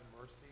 mercy